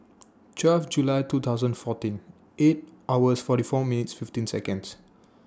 twelve July two thousand fourteen eight hours forty four minutes fifteen Seconds